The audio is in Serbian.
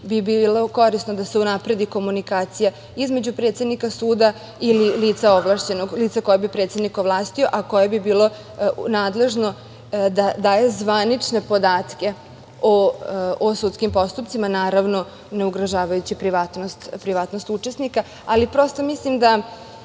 bi bilo korisno da se unapredi komunikacija između predsednika suda, ili lica ovlašćenog, lica koje bi predsednik ovlastio, a koje bi bilo nadležno da daje zvanične podatke o sudskim postupcima, naravno, ne ugrožavajući privatnost učesnika. Ali, proto mislim, tj.